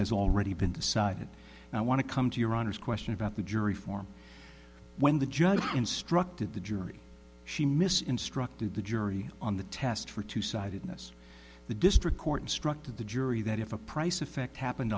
has already been decided and i want to come to your honor's question about the jury form when the judge instructed the jury she misses instructed the jury on the test for two sightedness the district court instructed the jury that if a price effect happened